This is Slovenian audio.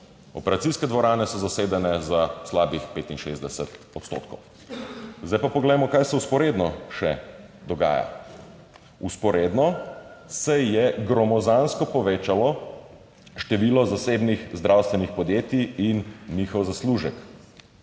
Operacijske dvorane so zasedene za slabih 65 odstotkov. Zdaj pa poglejmo, kaj se vzporedno še dogaja. Vzporedno se je gromozansko povečalo število zasebnih zdravstvenih podjetij in njihov zaslužek,